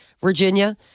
Virginia